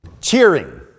Cheering